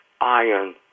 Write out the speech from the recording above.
iron